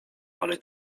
ale